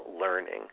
learning